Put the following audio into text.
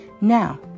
Now